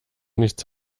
nichts